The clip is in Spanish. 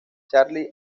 charly